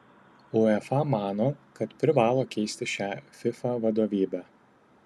uefa mano kad privalo keisti šią fifa vadovybę